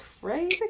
crazy